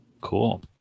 Cool